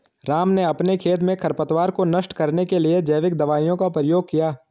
राम ने अपने खेत में खरपतवार को नष्ट करने के लिए जैविक दवाइयों का प्रयोग किया